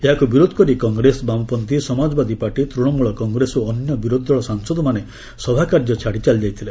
ଏହାକୁ ବିରୋଧ କରି କଂଗ୍ରେସ ବାମପନ୍ଥୀ ସମାଜବାଦୀ ପାର୍ଟି ତୂଣମୂଳ କଂଗ୍ରେସ ଓ ଅନ୍ୟ ବିରୋଧୀ ଦଳ ସାଂସଦମାନେ ସଭାକାର୍ଯ୍ୟ ଛାଡ଼ି ଚାଲିଯାଇଥିଲେ